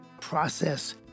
process